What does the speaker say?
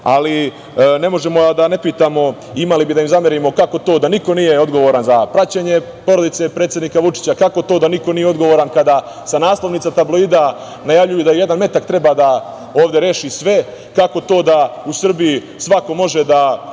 možemo, a da ne pitamo, imali bi da im zamerimo kako to da niko nije odgovoran za praćenje porodice predsednika Vučića, kako to da niko nije odgovoran kada sa naslovnica tabloida najavljuju da jedan metak treba da ovde reši sve, kako to da u Srbiji svako može da